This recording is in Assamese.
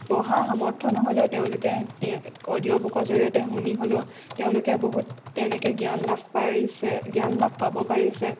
পঢ়া সামৰ্থ্য নহ'লেও তেওঁলোকে অডিঅ' বুকৰ জৰিয়তে শুনি হ'লেও তেওঁলোকে বহুত তেনেকৈ নহুত জ্ঞান লাভ পাৰিছে জ্ঞান লাভ পাব পাৰিছে